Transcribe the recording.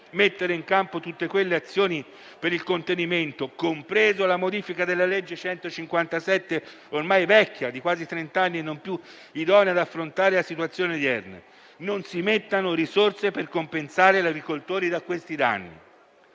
mettere in campo tutte le azioni necessarie per il contenimento, compresa la modifica della legge 11 febbraio 1992, n. 157, ormai vecchia di quasi trent'anni e non più idonea ad affrontare le situazioni odierne. Non si mettono risorse per compensare gli agricoltori da questi danni.